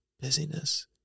busyness